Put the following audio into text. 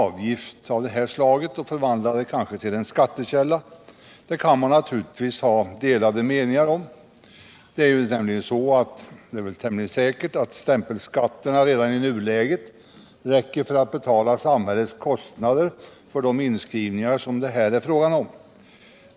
avgift av det här slaget och kanske förvandla den till en skattekälla kan man naturligtvis ha delade meningar. Det är väl tämligen säkert att stämpelskatterna redan i nuläget räcker för att betala samhällets kostnader för de inskrivningar som det här är fråga om.